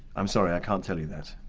i'm sorry, i can't tell you that.